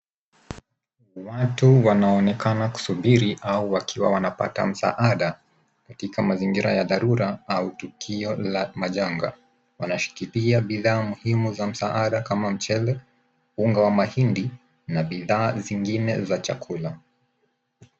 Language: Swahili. Watu wanaonekana kusubiri, au wakiwa wanapata msaada katika mazingira ya dharura au tukio la majanga. Wanashikilia bidhaa muhimu za msaada kama mchele, unga wa mahindi na bidhaa zingine za chakula.